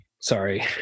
sorry